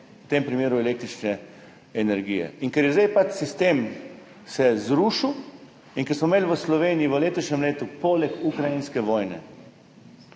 v tem primeru električne energije. Ker se je sedaj sistem zrušil in ker smo imeli v Sloveniji v letošnjem letu poleg ukrajinske vojne